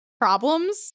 problems